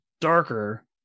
darker